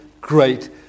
great